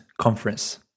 conference